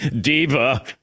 Diva